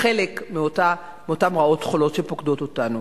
חלק מאותן רעות חולות שפוקדות אותנו.